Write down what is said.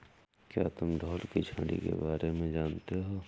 क्या तुम ढोल की छड़ी के बारे में जानते हो?